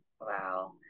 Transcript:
Wow